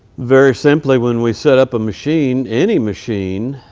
very simply when we set up a machine, any machine,